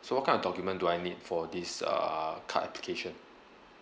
so what kind of document do I need for this uh card application